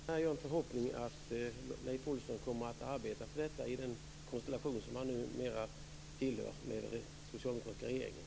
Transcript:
Fru talman! Jag har en förhoppning att Rolf Olsson kommer att arbeta för den frågan i den konstellation han numera tillhör med den socialdemokratiska regeringen.